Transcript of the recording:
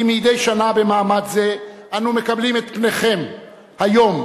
כמדי שנה במעמד זה אנו מקבלים את פניכם היום,